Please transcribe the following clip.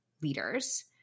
leaders